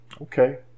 Okay